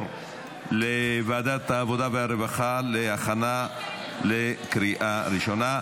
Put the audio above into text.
לוועדת העבודה והרווחה להכנה לקריאה ראשונה.